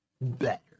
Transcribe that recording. Better